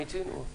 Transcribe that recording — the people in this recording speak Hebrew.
מיצינו.